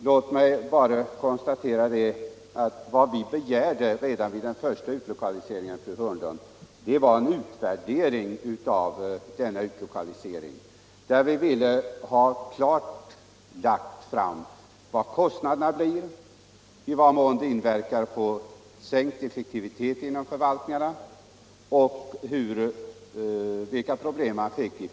Låt mig bara konstatera att vi redan vid den första utlokaliseringen begärde en utvärdering, där vi ville ha klarlagt vad kostnaderna blir, i vad mån det blir en sänkt effektivitet inom förvaltningarna och vilka personalproblem som uppstår.